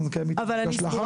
אני סבורה